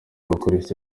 gukoresha